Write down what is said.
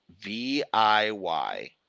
v-i-y